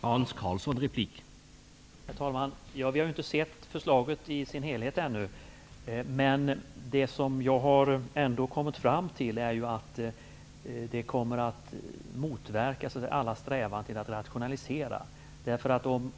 Herr talman! Vi har inte sett förslaget i dess helhet ännu. Det som jag ändå har kommit fram till är att det kommer att motverka alla strävanden att rationalisera.